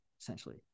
essentially